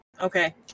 okay